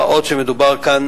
מה עוד שגם מדובר כאן